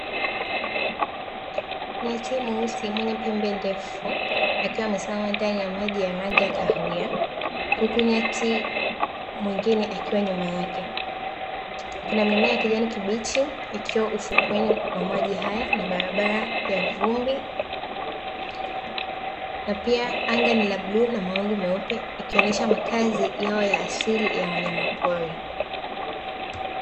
Nyati mweusi mwenye pembe ndefu akiwa amesimama ndani ya maji ya rangi ya kahawia huku nyati mwingine akiwa nyuma yake, kuna mimea ya kijani kibichi ikiwa ufukweni mwa maji hayo na barabara ya vumbi na pia anga ni la bluu na mawingu meupe ikionyesha makazi yao ya asili ya wanyamapori.